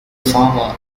farmer